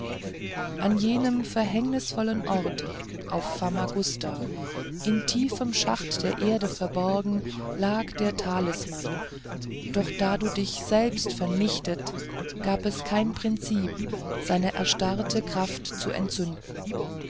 an jenem verhängnisvollen orte auf famagusta in tiefem schacht der erde verborgen lag der talisman doch da du dich selbst vernichtet gab es kein prinzip seine erstarrte kraft zu entzünden